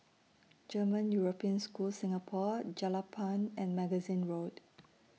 German European School Singapore Jelapang and Magazine Road